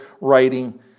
writing